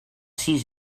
sis